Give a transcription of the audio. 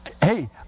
Hey